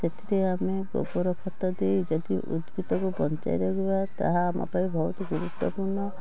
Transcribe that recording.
ସେଥିରେ ଆମେ ଗୋବର ଖତ ଦେଇ ଯଦି ଉଦ୍ଭିଦକୁ ବଞ୍ଚାଇ ରଖିବା ତାହା ଆମ ପାଇଁ ବହୁତ ଗୁରୁତ୍ୱପୂର୍ଣ୍ଣ